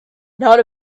not